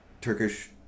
Turkish